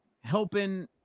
helping